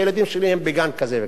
הילדים שלי הם בגן כזה וכזה.